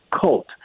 cult